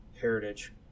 Heritage